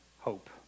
hope